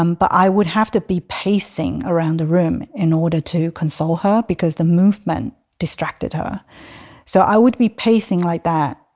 um but i would have to be pacing around the room in order to console her because the movement distracted her so i would be pacing like that